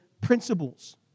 principles